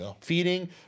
feeding